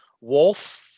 wolf